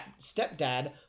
stepdad